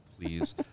Please